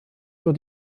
für